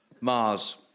Mars